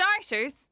starters